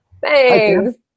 thanks